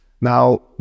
Now